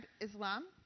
Islam